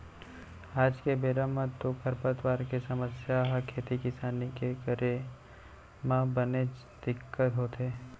आज के बेरा म तो खरपतवार के समस्या ह खेती किसानी के करे म बनेच दिक्कत होथे